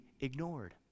ignored